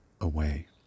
away